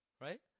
right